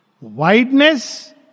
Wideness